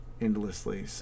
endlessly